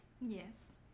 Yes